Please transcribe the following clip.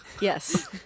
yes